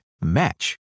match